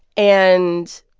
and